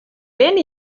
vent